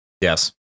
Yes